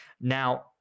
now